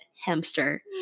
hamster